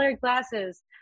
glasses